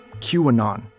QAnon